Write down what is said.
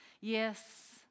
Yes